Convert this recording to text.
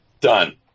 done